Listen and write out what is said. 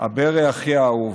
"אברה, אחי האהוב,